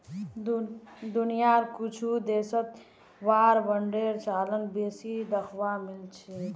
दुनियार कुछु देशत वार बांडेर चलन बेसी दखवा मिल छिले